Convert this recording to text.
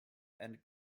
and